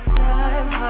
time